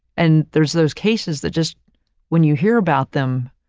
and there's those cases that just when you hear about them,